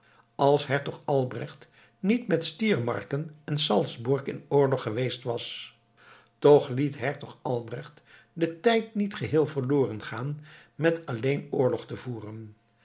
als hertog albrecht niet met stiermarken en salzburg in oorlog geweest was toch liet hertog albrecht den tijd niet geheel verloren gaan met alleen oorlog te voeren